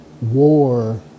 war